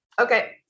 Okay